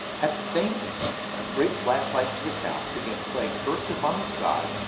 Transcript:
at the same instant a great flashlight to the south began playing first upon the sky,